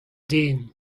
den